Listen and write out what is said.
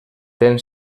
ten